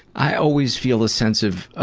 i always feel this sense of